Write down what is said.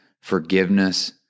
forgiveness